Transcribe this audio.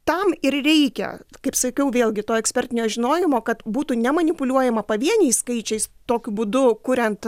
tam ir reikia kaip sakiau vėlgi to ekspertinio žinojimo kad būtų nemanipuliuojama pavieniais skaičiais tokiu būdu kuriant